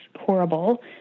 horrible